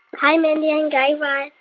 hi, mindy and guy raz.